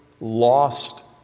lost